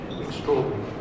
extraordinary